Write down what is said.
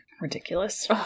ridiculous